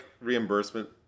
reimbursement